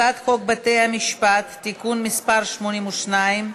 הצעת חוק בתי-המשפט (תיקון מס' 82),